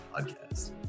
podcast